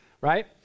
Right